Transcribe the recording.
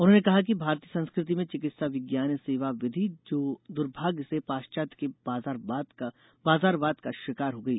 उन्होंने कहा कि भारतीय संस्कृति में चिकित्सा विज्ञान सेवा विधि थी जो दुर्भाग्य से पाश्चात्य के बाजारवाद का शिकार हो गई